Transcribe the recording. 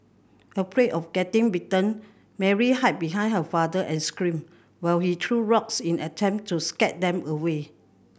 afraid of getting bitten Mary hid behind her father and screamed while he threw rocks in an attempt to scare them away